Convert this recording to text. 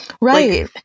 Right